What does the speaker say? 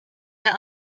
der